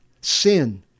sin